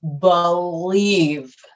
believe